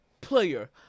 player